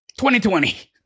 2020